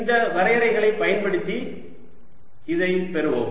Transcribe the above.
இந்த வரையறைகளைப் பயன்படுத்தி இதைப் பெறுவோம்